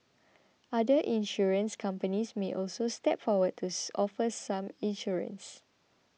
other insurance companies may also step forward to offer such insurance